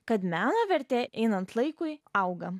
kad meno vertė einant laikui auga